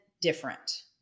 different